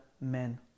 men